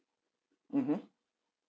mmhmm